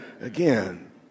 again